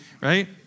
right